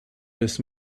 this